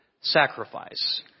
sacrifice